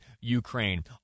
Ukraine